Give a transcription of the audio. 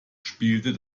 spielte